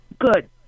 Good